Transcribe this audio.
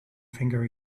finger